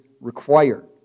required